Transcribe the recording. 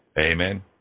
Amen